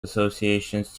associations